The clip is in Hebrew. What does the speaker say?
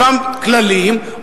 אותם כללים,